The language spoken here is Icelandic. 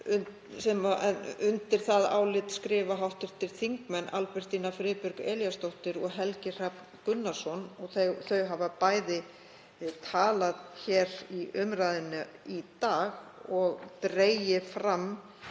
en undir það skrifa hv. þingmenn Albertína Friðbjörg Elíasdóttir og Helgi Hrafn Gunnarsson. Þau hafa bæði talað hér í umræðunni í dag og dregið fram